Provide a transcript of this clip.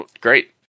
Great